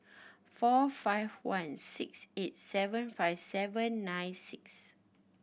four five one six eight seven five seven nine six